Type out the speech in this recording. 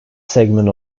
segment